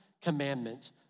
commandment